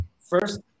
first